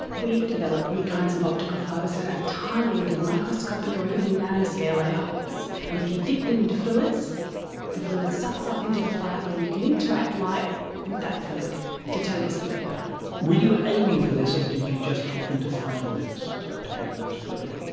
we've developed new kinds of optical fibres that have tiny little microscopic or even nanoscale air holes, and if you dip them into fluids the fluid sucks up into the fibre and you can interact light with that fluid to tell you something about it. were you aiming for this or did you just happen to find that it sucks up tiny amounts of fluid?